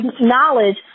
knowledge